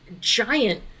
giant